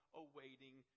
awaiting